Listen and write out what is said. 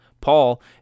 Paul